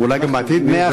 ואולי גם בעתיד, מי יודע.